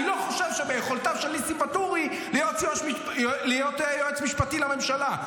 אני לא חושב שביכולותיו של ניסים ואטורי להיות יועץ משפטי לממשלה.